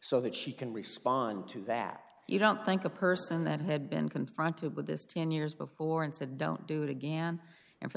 so that she can respond to that you don't think a person that had been confronted with this ten years before it's a don't do it again and for the